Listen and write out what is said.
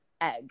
egg